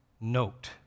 note